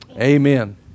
Amen